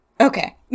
Okay